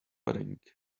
pudding